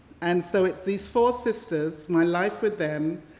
and so it's these four sisters, my life with them,